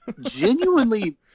Genuinely